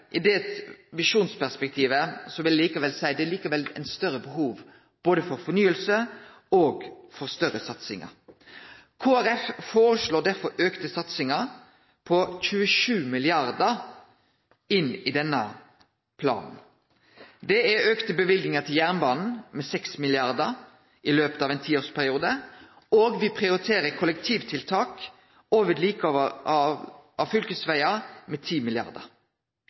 I det visjonsperspektivet vil eg seie at det er likevel eit større behov både for fornying og for større satsingar. Kristeleg Folkeparti foreslår derfor auka satsingar på 27 mrd. kr inn i denne planen. Det er auka løyvingar til jernbanen med 6 mrd. kr i løpet av ein tiårsperiode, og me prioriterer kollektivtiltak og vedlikehald av fylkesvegar med